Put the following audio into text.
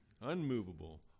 unmovable